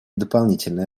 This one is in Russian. дополнительные